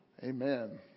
Amen